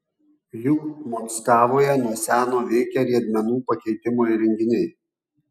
juk mockavoje nuo seno veikia riedmenų pakeitimo įrenginiai